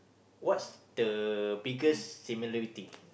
what's the biggest similarity